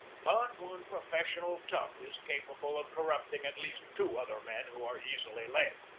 but one professional tough is capable of corrupting at least two other men who are easily led.